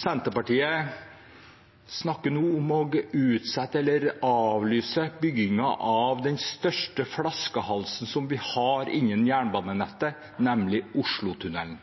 Senterpartiet nå snakker om å utsette, eller avlyse, byggingen av den største flaskehalsen som vi har innen jernbanenettet, nemlig Oslotunnelen.